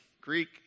Greek